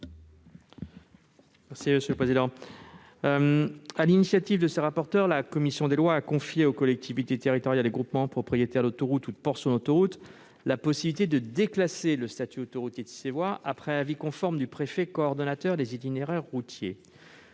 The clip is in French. M. Didier Marie. Sur l'initiative de ses rapporteurs, la commission des lois a confié aux collectivités territoriales et groupements propriétaires d'autoroutes ou de portions d'autoroutes la possibilité de déclasser le statut autoroutier de ces voies, après avis conforme du préfet coordonnateur des itinéraires routiers.